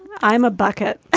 i'm a bucket